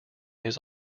his